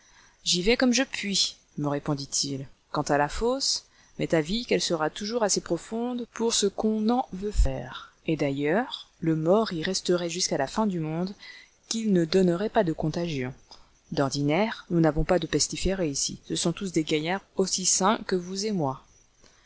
j'y vais comme je puis me répondit-il quant à la fosse m'est avis qu'elle sera toujours assez profonde pour ce qu'on en veut faire et d'ailleurs le mort y resterait jusqu'à la fin du monde qu'il ne donnerait pas de contagion d'ordinaire nous n'avons pas de pestiférés ici ce sont tous des gaillards aussi sains que vous et moi